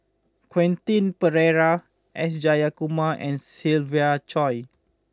Quentin Pereira S Jayakumar and Siva Choy